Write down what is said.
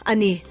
Ani